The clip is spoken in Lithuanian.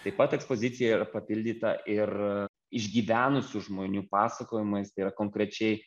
taip pat ekspozicija yra papildyta ir išgyvenusių žmonių pasakojimais tai yra konkrečiai